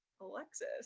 Alexis